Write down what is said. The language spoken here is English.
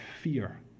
fear